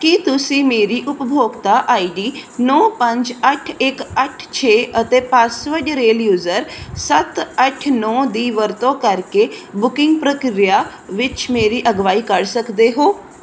ਕੀ ਤੁਸੀਂ ਮੇਰੀ ਉਪਭੋਗਤਾ ਆਈ ਡੀ ਨੌ ਪੰਜ ਅੱਠ ਇੱਕ ਅੱਠ ਛੇ ਅਤੇ ਪਾਸਵਰਡ ਰੇਲਯੂਜ਼ਰ ਸੱਤ ਅੱਠ ਨੌ ਦੀ ਵਰਤੋਂ ਕਰਕੇ ਬੁਕਿੰਗ ਪ੍ਰਕਿਰਿਆ ਵਿੱਚ ਮੇਰੀ ਅਗਵਾਈ ਕਰ ਸਕਦੇ ਹੋ